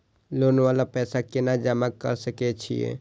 Loan वाला पैसा केना जमा कर सके छीये?